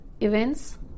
events